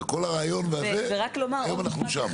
כל הרעיון והזה היום אנחנו שם.